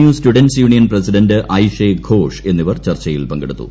U students union president Aishe Ghosh എന്നിവർ ചർച്ചയിൽ പങ്കെടുത്തു